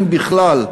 אם בכלל,